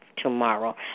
Tomorrow